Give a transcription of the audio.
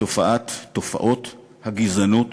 שתופעות הגזענות